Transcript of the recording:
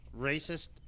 racist